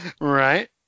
Right